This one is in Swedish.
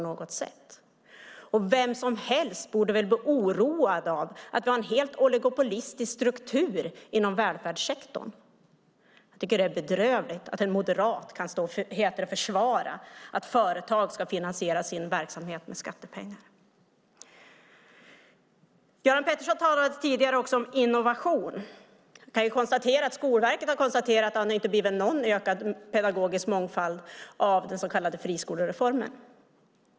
Vem som helst borde bli oroad av att vi har en oligopolistisk struktur inom välfärdssektorn. Jag tycker att det är bedrövligt att en moderat kan försvara att företag ska kunna finansiera sin verksamhet med skattepengar. Göran Pettersson talade tidigare om innovation. Skolverket har konstaterat att det inte har blivit någon ökad pedagogisk mångfald av den så kallade friskolereformen.